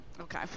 Okay